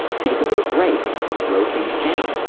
take a little break, slow things down,